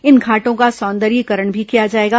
इन घाटों का सौंदर्यीकरण भी किया जाएगा